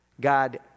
God